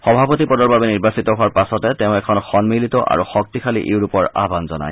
সভাপতি পদৰ বাবে নিৰ্বাচিত হোৱাৰ পাছতে তেওঁ এখন সন্মিলিত আৰু শক্তিশালী ইউৰোপৰ আহবান জনায়